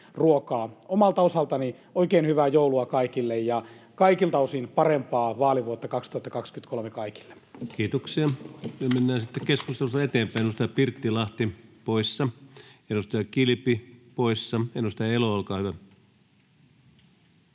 Omalta osaltani oikein hyvää joulua kaikille ja kaikilta osin parempaa vaalivuotta 2023 kaikille. [Eduskunnasta: Kiitos samoin!] Kiitoksia. — Mennään sitten keskustelussa eteenpäin. — Edustaja Pirttilahti poissa, edustaja Kilpi poissa. — Edustaja Elo, olkaa hyvä.